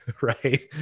Right